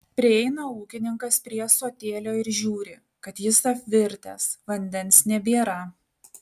prieina ūkininkas prie ąsotėlio ir žiūri kad jis pavirtęs vandens nebėra